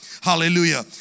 Hallelujah